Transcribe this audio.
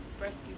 rescue